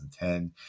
2010